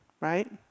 right